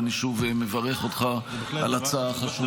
ואני שוב מברך אותך על הצעה חשובה.